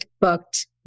booked